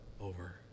over